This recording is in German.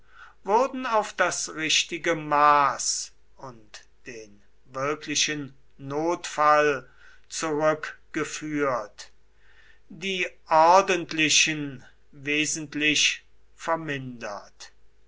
wurden auf das richtige maß und den wirklichen notfall zurückgeführt die ordentlichen wesentlich vermindert